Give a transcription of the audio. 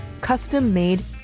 custom-made